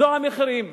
אלו המחירים.